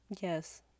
Yes